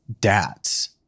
dads